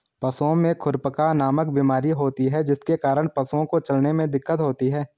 पशुओं में खुरपका नामक बीमारी होती है जिसके कारण पशुओं को चलने में दिक्कत होती है